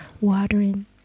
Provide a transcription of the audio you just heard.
watering